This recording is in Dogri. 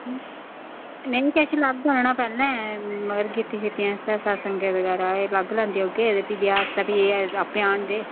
नेईं किश अलग होने ना पैह्लें मगर गीतें ऐ आस्तै सत्संग बगैरा एह् अलग लैगै होगे ते फ्ही ब्याह् आस्तै एह् आपें आंह्नदे